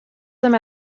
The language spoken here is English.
them